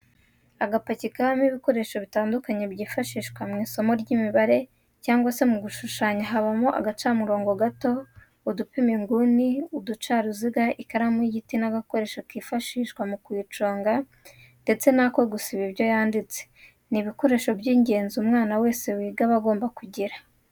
Agapaki kabamo ibikoresho bitandukanye byifashishwa mU isomo ry'imibare cyangwa se mu gushushanya habamo agacamurongo gato, udupima inguni, uducaruziga ,ikaramu y'igiti n'agakoresho kifashishwa mu kuyiconga ndetse n'ako gusiba ibyo yanditse, ni ibikoresho by'ingenzi umwana wese wiga aba agomba kugira.